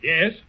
Yes